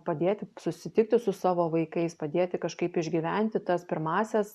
padėti susitikti su savo vaikais padėti kažkaip išgyventi tas pirmąsias